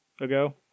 ago